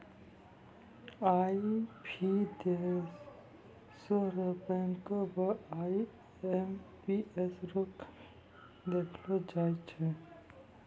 आई भी देशो र बैंको म आई.एम.पी.एस रो कमी देखलो जाय छै